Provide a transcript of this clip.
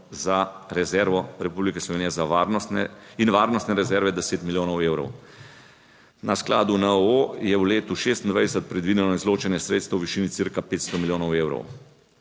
za rezervo Republike Slovenija za varnostne in varnostne rezerve 10 milijonov evrov. Na skladu NOO je v letu 2026 predvideno izločanje sredstev v višini cirka 500 milijonov evrov.